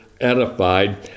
edified